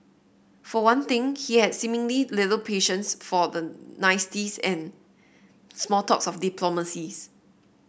for one thing he had seemingly little patience for the niceties and small talks of diplomacies